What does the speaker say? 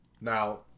now